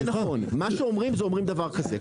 מה שאומרים זה אומרים דבר כזה.